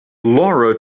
laura